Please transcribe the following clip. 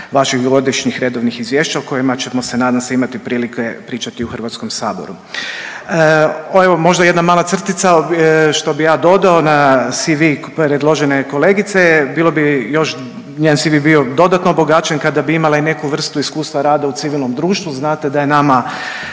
vaših godišnjih redovnih izvješća o kojima ćemo nadam se imati prilike pričati u HS-u. Evo možda jedna mala crtica što bi ja dodao na CV predložene kolegice je, bilo bi još njen CV bi bio dodatno obogaćen kada bi imala i neku vrstu iskustva rada u civilnom društvu, znate da je to nama